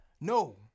No